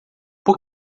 por